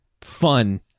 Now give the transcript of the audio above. fun